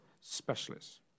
specialists